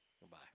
Goodbye